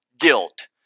guilt